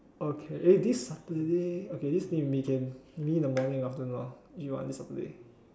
okay eh this Saturday okay this week maybe can maybe in morning or afternoon ah if you want this Saturday